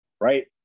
right